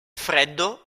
freddo